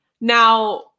now